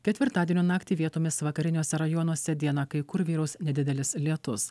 ketvirtadienio naktį vietomis vakariniuose rajonuose dieną kai kur vyraus nedidelis lietus